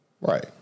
Right